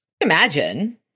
Imagine